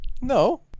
No